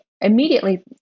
immediately